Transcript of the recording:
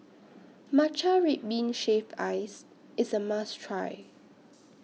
Matcha Red Bean Shaved Ice IS A must Try